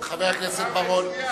זה מופיע,